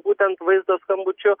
būtent vaizdo skambučiu